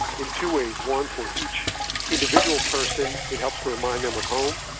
in two ways one, for each individual person it helps to remind them of home.